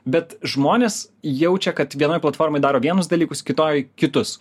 bet žmonės jaučia kad vienoj platformoj daro vienus dalykus kitoj kitus